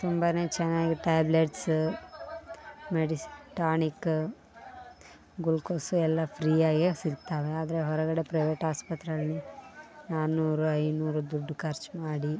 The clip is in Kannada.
ತುಂಬಾ ಚೆನ್ನಾಗಿ ಟ್ಯಾಬ್ಲೇಟ್ಸ್ ಮೆಡಿಸಿ ಟಾನಿಕ್ ಗುಳ್ಕೋಸ್ ಎಲ್ಲ ಫ್ರೀ ಆಗೇ ಸಿಗ್ತಾವೆ ಆದರೆ ಹೊರಗಡೆ ಪ್ರೈವೇಟ್ ಆಸ್ಪತ್ರೆಯಲ್ಲಿ ನಾನೂರು ಐನೂರು ದುಡ್ಡು ಖರ್ಚ್ ಮಾಡಿ